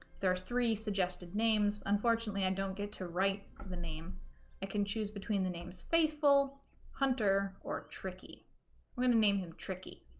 there are three suggested names unfortunately i don't get to write the name i ah can choose between the names faithful hunter or tricky we're gonna name him tricky